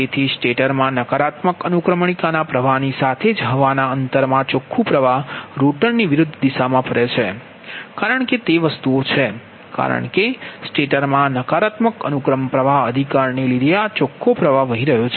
તેથી સ્ટેટરમાં નકારાત્મક અનુક્રમણિકા ના પ્રવાહ ની સાથે જ હવા ના અંતર માં ચોખ્ખું પ્રવાહ રોટરની વિરુદ્ધ દિશામાં ફરે છે કારણ કે તે છે કારણ કે સ્ટેટરમાં આ નકારાત્મક અનુક્રમ પ્ર્વાહ અધિકારને લીધે આ ચોખ્ખો પ્રવાહ વહે છે